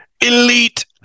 Elite